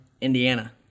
Indiana